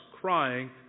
crying